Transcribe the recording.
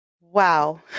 Wow